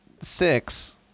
Six